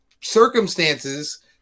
circumstances